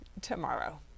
tomorrow